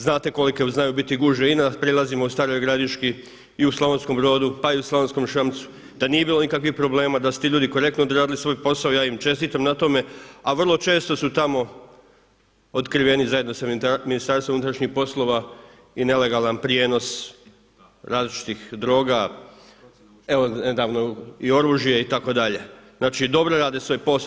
Znate kolike znaju biti gužve i na prijelazima u Staroj Gradiški i u Slavonskom Brodu, pa i u Slavonskom Šmacu, da nije bilo nikakvih problema, da su ti ljudi korektno odradili svoj posao i ja im čestitam na tome, a vrlo često su tamo otkriveni zajedno sa MUP i nelegalan prijenos različitih droga, nedavno i oružje itd. znači dobro rade svoj posao.